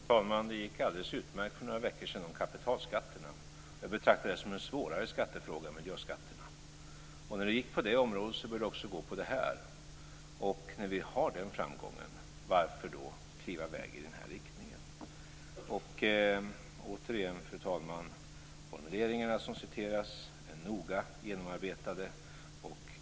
Fru talman! Det gick alldeles utmärkt med kapitalskatterna för några veckor sedan. Jag betraktar det som en svårare fråga än miljöskatterna. När det gick på det området bör det också gå på det här området. När vi har den framgången, varför då kliva i väg i den här riktningen? Återigen, fru talman, vill jag säga att de formuleringar som citerades är noga genomarbetade.